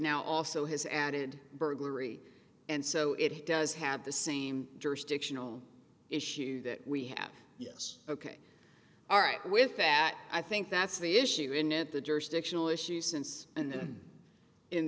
now also has added burglary and so it does have the same jurisdictional issue that we have yes ok all right with that i think that's the issue in it the jurisdictional issue since in the in